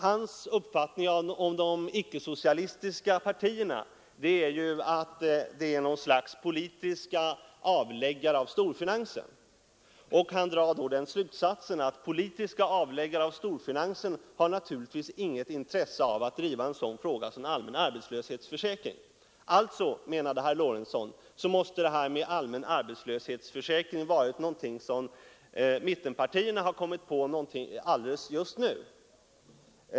Hans uppfattning om de ickesocialistiska partierna är ju att de är något slags politiska avläggare av storfinansen, och han drar då den slutsatsen att politiska avläggare av storfinansen har naturligtvis inget intresse av att driva en sådan fråga som en allmän arbetslöshetsförsäkring. Alltså, menade herr Lorentzon, måste det här med allmän arbetslöshetsförsäkring ha varit någonting som mittenpartierna kommit på just nu.